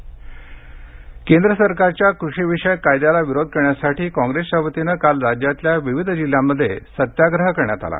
सेवाग्राम सत्याग्रह केंद्र सरकारच्या कृषीविषयक कायद्याला विरोध करण्यासाठी कॉंगेसच्या वतीने काल राज्यातल्या विविध जिल्ह्यांमध्ये सत्याग्रह करण्यात आला